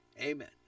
Amen